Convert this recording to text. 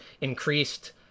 increased